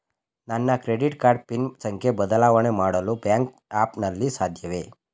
ನನ್ನ credit card PIN ಸಂಖ್ಯೆ ಬದಲಾವಣೆ ಮಾಡಲು ಬ್ಯಾಂಕ್ ಆ್ಯಪ್ ನಲ್ಲಿ ಸಾಧ್ಯವೇ?